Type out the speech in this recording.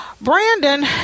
Brandon